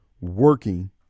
working